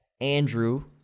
Andrew